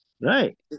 Right